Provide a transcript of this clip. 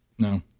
No